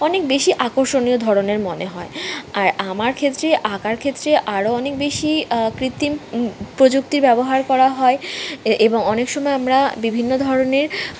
অনেক বেশি আকর্ষণীয় ধরনের মনে হয় আর আমার ক্ষেত্রে আঁকার ক্ষেত্রে আরও অনেক বেশি কৃত্তিম প্রযুক্তি ব্যবহার করা হয় এবং অনেক সময় আমরা বিভিন্ন ধরনের